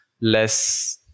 less